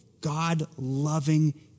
God-loving